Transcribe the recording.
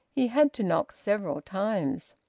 he had to knock several times.